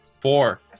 four